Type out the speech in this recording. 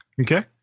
Okay